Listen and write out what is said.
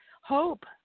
hope